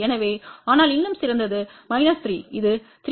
எனவே ஆனால் இன்னும் சிறந்தது 3 இது 3